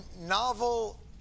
novel